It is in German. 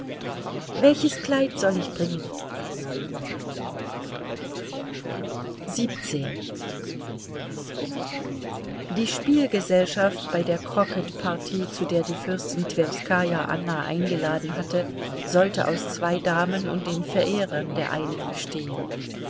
welches kleid soll ich bringen die spielgesellschaft bei der krocketpartie zu der die fürstin twerskaja anna eingeladen hatte sollte aus zwei damen und den verehrern der einen bestehen